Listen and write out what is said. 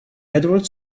edward